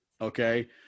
Okay